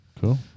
Cool